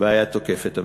והיה תוקף את הממשלה.